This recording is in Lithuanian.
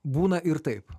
būna ir taip